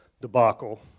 debacle